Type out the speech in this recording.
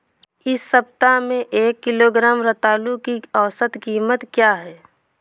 इस सप्ताह में एक किलोग्राम रतालू की औसत कीमत क्या है?